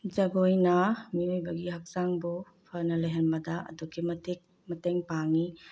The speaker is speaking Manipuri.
ꯖꯒꯣꯏꯅ ꯃꯤꯑꯣꯏꯕꯒꯤ ꯍꯛꯆꯥꯡꯕꯨ ꯐꯅ ꯂꯩꯍꯟꯕꯗ ꯑꯗꯨꯛꯀꯤ ꯃꯇꯤꯛ ꯃꯇꯦꯡ ꯄꯥꯡꯉꯤ